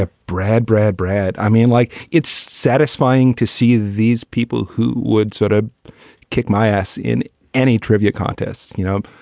ah brad, brad, brad. i mean, like, it's satisfying to see these people who would sort of ah kick my ass in any trivia contests, you know,